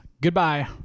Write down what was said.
Goodbye